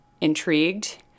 intrigued